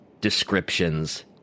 descriptions